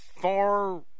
far